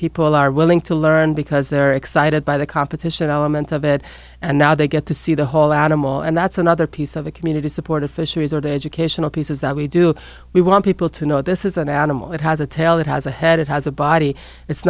people are willing to learn because they're excited by the competition element of it and now they get to see the whole animal and that's another piece of a community supported fisheries or the educational pieces that we do we want people to know this is an animal that has a tail that has a head it has a body it's